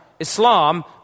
Islam